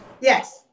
Yes